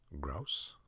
Grouse